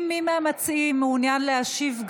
אם מי מהמציעים גם מעוניין להשיב,